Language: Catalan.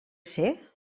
ser